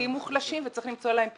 הכי מוחלשים וצריך למצוא להם פתרון.